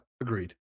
Agreed